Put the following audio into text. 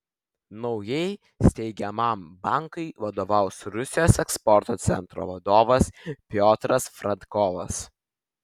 naujai steigiamam bankui vadovaus rusijos eksporto centro vadovas piotras fradkovas